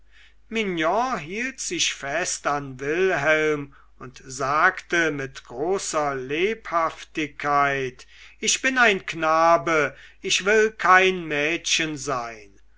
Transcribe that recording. hielt sich fest an wilhelm und sagte mit großer lebhaftigkeit ich bin ein knabe ich will kein mädchen sein